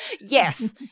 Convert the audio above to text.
Yes